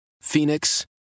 Phoenix